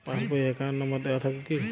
Pass বই এ account number দেওয়া থাকে কি?